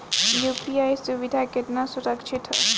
UPI सुविधा केतना सुरक्षित ह?